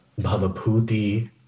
Bhavaputi